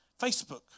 Facebook